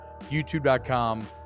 YouTube.com